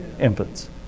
Infants